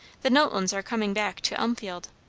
the knowltons are coming back to elmfield.